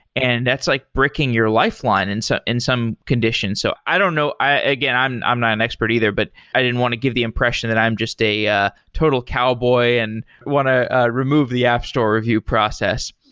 and that's like bricking your lifeline and so in some conditions. so i don't know. again, i'm i'm not an expert either, but i didn't want to give the impression that i'm just a ah total cowboy and want to remove the app store review process.